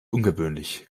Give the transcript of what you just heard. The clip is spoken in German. ungewöhnlich